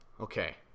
okay